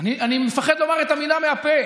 אני מפחד לומר את המילה בפה